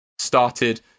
started